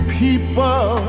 people